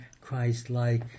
Christ-like